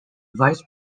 vice